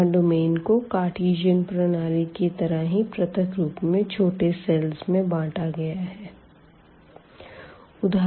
यहाँ डोमेन को कार्टीजन प्रणाली की तरह ही पृथक रूप में छोटे सेल में बांटेंगे